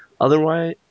Otherwise